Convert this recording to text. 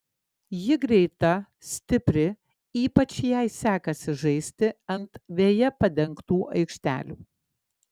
ji greita stipri ypač jai sekasi žaisti ant veja padengtų aikštelių